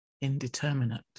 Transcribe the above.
indeterminate